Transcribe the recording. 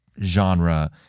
genre